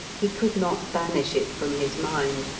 he could not banish it from his mind,